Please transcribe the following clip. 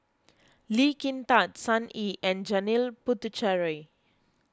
Lee Kin Tat Sun Yee and Janil Puthucheary